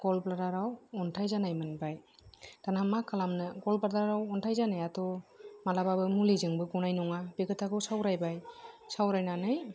gallbladder आव अन्थाइ जानाय मोनबाय दाना मा खालामनो गलब्लादाराव अन्थाइ जानायाथ' मालाबाबो मुलिजोंबो गनाय नङा बे खोथाखौ सावरायबाय सावरायनानै